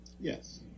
yes